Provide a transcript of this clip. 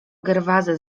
gerwazy